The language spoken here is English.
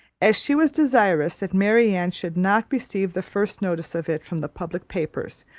as she was desirous that marianne should not receive the first notice of it from the public papers,